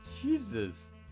Jesus